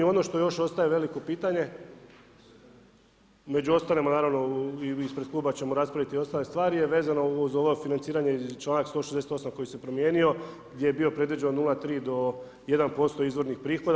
Ono što još ostaje veliko pitanje među ostalima naravno i ispred kluba ćemo raspraviti i ostale stvari je vezano uz ovo financiranje članak 168. koji se promijenio gdje je bilo predviđeno 0,3 do 1% izvornih prihoda.